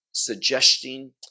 suggesting